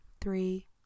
three